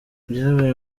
byabaye